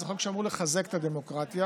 זה חוק שאמור לחזק את הדמוקרטיה